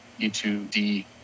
E2D